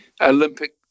Olympic